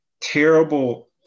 terrible